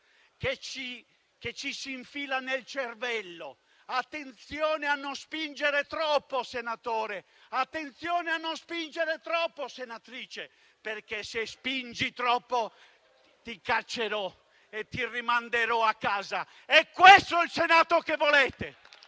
che ci si infila nel cervello. Attenzione a non spingere troppo, senatore. Attenzione, a non spingere troppo, senatrice, perché, se spingi troppo, ti caccerò e ti rimanderò a casa. Questo è il Senato che volete!